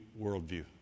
worldview